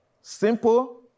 Simple